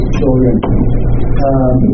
children